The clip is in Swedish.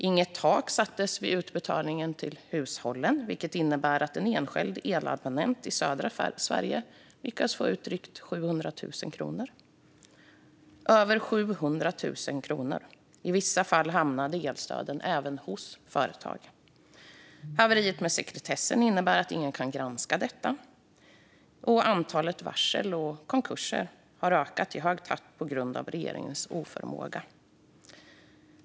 Man satte inget tak vid utbetalningen till hushållen, vilket innebar att en enskild elabonnent i södra Sverige lyckades få ut drygt 700 000 kronor. I vissa fall hamnade elstöden även hos företag. Haveriet med sekretessen innebär att ingen kan granska detta. Antalet varsel och konkurser har ökat i hög takt på grund av regeringens oförmåga.